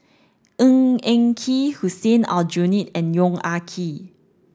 Ng Eng Kee Hussein Aljunied and Yong Ah Kee